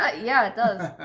ah yeah, it does.